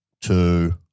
two